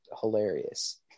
hilarious